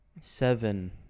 Seven